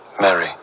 Mary